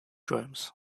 drums